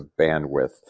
bandwidth